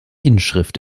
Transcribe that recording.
inschrift